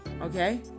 okay